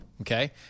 okay